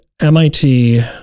mit